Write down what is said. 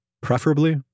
preferably